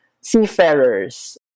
seafarers